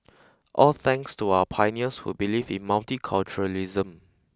all thanks to our pioneers who believed in multiculturalism